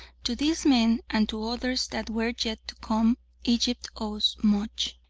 to these men and to others that were yet to come egypt owes much.